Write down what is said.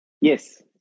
Yes